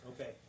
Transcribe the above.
Okay